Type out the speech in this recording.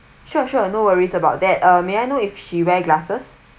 she she no worries about that uh may I know if she wear glasses